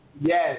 Yes